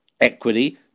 equity